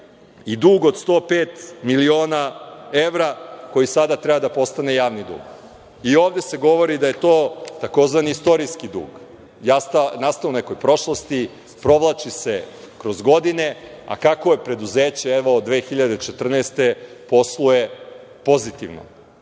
i dug od 105 miliona evra koji sada treba da postane javni dug i ovde se govori da je to tzv. istorijski dug, nastao u nekoj prošlosti, provlači se kroz godine, a kakvo je preduzeće, evo od 2014. godine posluje pozitivno.